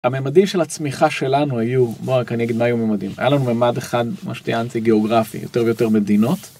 הממדים של הצמיחה שלנו היו, בוא רק אני אגיד מה היו הממדים, היה לנו ממד אחד, מה שציינתי גיאוגרפי, יותר ויותר מדינות.